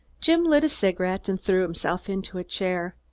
jim lit a cigarette and threw himself into a chair.